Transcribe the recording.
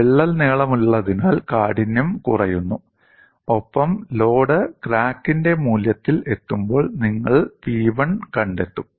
വിള്ളൽ നീളമുള്ളതിനാൽ കാഠിന്യം കുറയുന്നു ഒപ്പം ലോഡ് ക്രാക്കിന്റെ മൂല്യത്തിൽ എത്തുമ്പോൾ നിങ്ങൾ P1 കണ്ടെത്തും